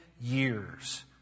years